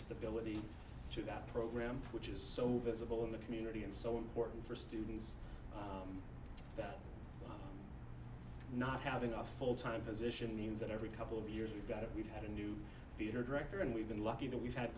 stability to that program which is so visible in the community and so important for students that not having a full time position means that every couple of years we've got a we've got a new theatre director and we've been lucky that we've had